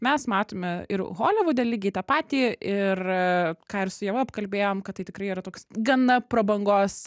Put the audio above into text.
mes matome ir holivude lygiai tą patį ir ką ir su ieva apkalbėjom kad tai tikrai yra toks gana prabangos